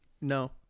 No